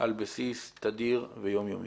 על בסיס תדיר ויום יומי.